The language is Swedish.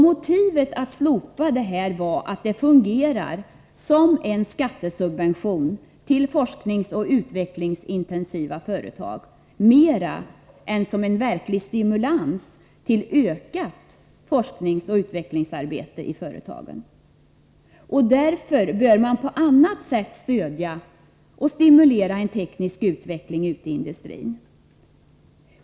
Motivet för att slopa detta avdrag var att det fungerar som en skattesubvention till forskningsoch utvecklingsintensiva företag mera än som en verklig stimulans till ökat FoU-arbete i företagen. Därför bör man på annat sätt stödja och stimulera en teknisk utveckling ute i industrin.